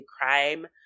crime